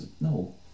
No